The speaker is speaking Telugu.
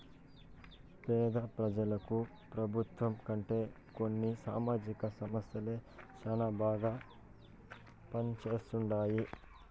పేద పెజలకు పెబుత్వం కంటే కొన్ని సామాజిక సంస్థలే శానా బాగా పంజేస్తండాయి